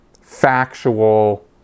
factual